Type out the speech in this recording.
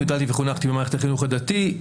גדלתי וחונכתי במערכת החינוך הדתי.